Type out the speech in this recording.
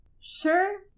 Sure